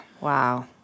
wow